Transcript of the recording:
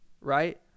right